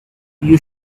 you